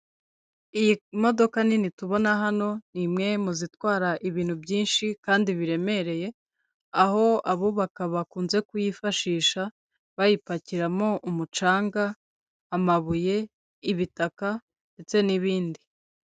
Iyi modoka nini tubona hano ni imwe mu zitwara ibintu byinshi kandi biremereye, aho abubaka bakunze kuyifashisha bayipakiramo umucanga, amabuye, ibitaka ndetse n'ibindi..